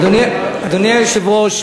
אדוני היושב-ראש,